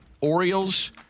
Orioles